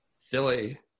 Silly